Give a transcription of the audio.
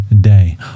day